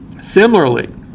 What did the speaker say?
Similarly